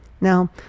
Now